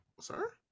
sir